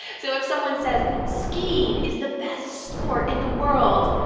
so if someone says skiing is the best sport in the world,